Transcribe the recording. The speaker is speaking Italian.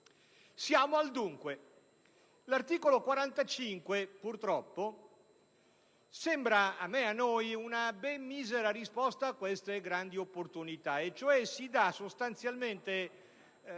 Siamo al dunque. L'articolo 45, purtroppo, ci sembra una ben misera risposta a queste grandi opportunità, in quanto si dà sostanzialmente